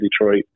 Detroit